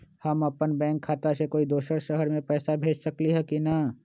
हम अपन बैंक खाता से कोई दोसर शहर में पैसा भेज सकली ह की न?